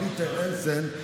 פיטר הנסן,